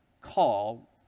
call